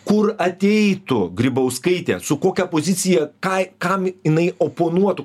kur ateitų grybauskaitė su kokia pozicija ką kam jinai oponuotų